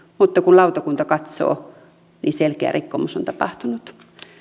mutta kun lautakunta katsoo niin selkeä rikkomus on tapahtunut